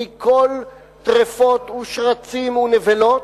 מכל טרפות, שרצים ונבלות.